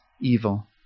evil